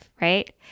right